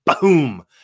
boom